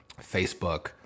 Facebook